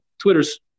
Twitter's